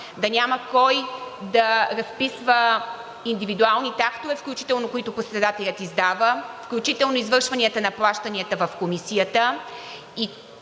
да няма кой да разписва индивидуалните актове включително, които председателят издава, включително извършванията на плащанията в Комисията